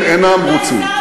הם אינם רוצים.